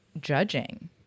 judging